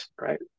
right